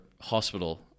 Hospital